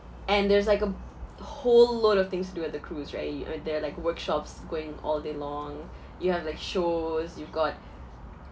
and there's like a whole lot of things to do at the cruise right I mean there are like workshops going all day long you have like shows you've got